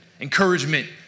encouragement